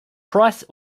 price